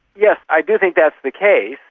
yes, i do think that's the case.